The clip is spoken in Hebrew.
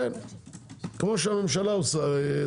כמו שהממשלה עושה,